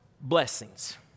blessings